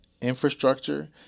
infrastructure